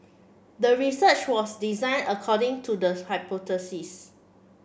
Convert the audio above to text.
the research was designed according to the hypothesis